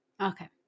okay